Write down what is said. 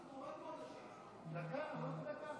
היו כבר